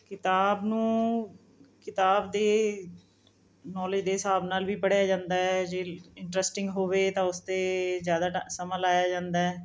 ਕਿਤਾਬ ਨੂੰ ਕਿਤਾਬ ਦੇ ਨੌਲੇਜ ਦੇ ਹਿਸਾਬ ਨਾਲ਼ ਵੀ ਪੜ੍ਹਿਆ ਜਾਂਦਾ ਹੈ ਜੇ ਇੰਟਰਸਟਿੰਗ ਹੋਵੇ ਤਾਂ ਉਸ 'ਤੇ ਜ਼ਿਆਦਾ ਟਾ ਸਮਾਂ ਲਾਇਆ ਜਾਂਦਾ